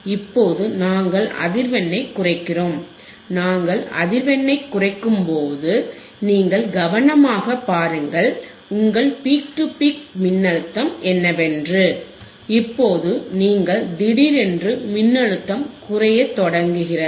இப்போது நாங்கள் அதிர்வெண்ணைக் குறைக்கிறோம் நாங்கள் அதிர்வெண்ணைக் குறைக்கும்போது நீங்கள் கவனமாகப் பாருங்கள் உங்கள் பீக் டு பீக் மின்னழுத்தம் என்னவென்று இப்போது நீங்கள் திடீரென்று மின்னழுத்தமும் குறையத் தொடங்குகிறது